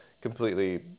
completely